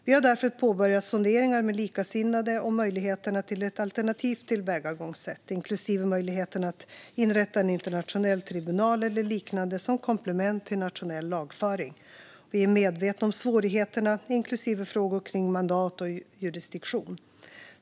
Vi har därför påbörjat sonderingar med likasinnade om möjligheterna till ett alternativt tillvägagångssätt, inklusive möjligheten att inrätta en internationell tribunal eller liknande som komplement till nationell lagföring. Vi är medvetna om svårigheterna, inklusive frågor kring mandat och jurisdiktion.